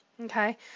Okay